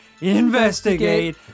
investigate